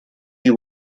you